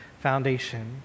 foundation